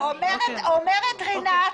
אומרת רינת,